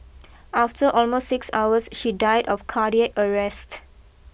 after almost six hours she died of cardiac arrest